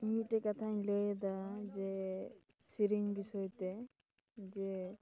ᱤᱧ ᱢᱤᱫᱴᱮᱡ ᱠᱟᱛᱷᱟᱧ ᱞᱟᱹᱭᱮᱫᱟ ᱡᱮ ᱥᱮᱨᱮᱧ ᱵᱤᱥᱚᱭᱛᱮ ᱡᱮ